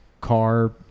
car